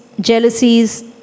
jealousies